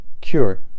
Cure